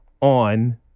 on